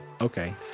Okay